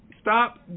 stop